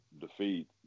defeat